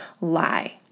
lie